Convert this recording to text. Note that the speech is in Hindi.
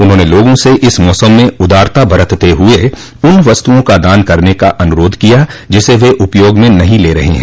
उन्होंने लोगों से इस मौसम में उदारता बरतते हुए उन वस्तुओं का दान करने का अनुरोध किया जिसे वे उपयोग में नहीं ले रहे हैं